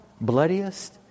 bloodiest